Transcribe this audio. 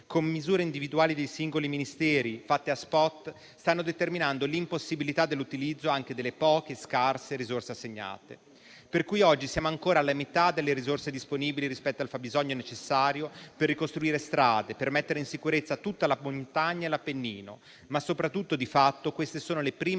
con misure individuali dei singoli Ministeri fatte a *spot* sta determinando l'impossibilità dell'utilizzo anche delle poche, scarse risorse assegnate, per cui oggi siamo ancora alla metà delle risorse disponibili rispetto al fabbisogno necessario per ricostruire strade, per rimettere in sicurezza tutta la montagna e l'Appennino. Ma, soprattutto, di fatto queste sono le prime risorse